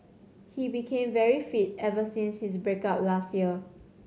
he became very fit ever since his break up last year